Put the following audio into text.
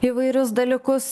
įvairius dalykus